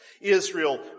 Israel